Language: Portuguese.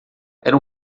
era